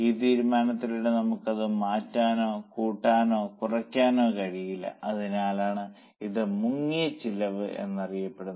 ഈ തീരുമാനത്തിലൂടെ നമുക്ക് അത് മാറ്റാനോ കൂട്ടാനോ കുറയ്ക്കാനോ കഴിയില്ല അതിനാലാണ് ഇത് മുങ്ങിയ ചിലവ് എന്നറിയപ്പെടുന്നത്